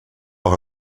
auch